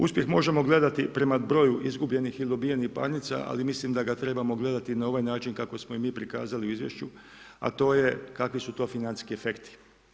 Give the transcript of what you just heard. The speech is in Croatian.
Uspjeh možemo gledati prema broju izgubljenih ili dobijenih parnica, ali mislim da ga trebamo gledati na ovaj način kako smo ih mi prikazali u izvješću, a to je kakvi su to financijski efekti.